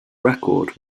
record